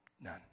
None